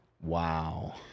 wow